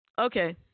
Okay